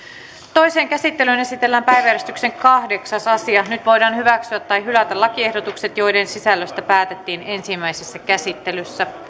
toiseen käsittelyyn esitellään päiväjärjestyksen kahdeksas asia nyt voidaan hyväksyä tai hylätä lakiehdotukset joiden sisällöstä päätettiin ensimmäisessä käsittelyssä